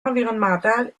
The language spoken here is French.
environnementale